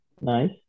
Nice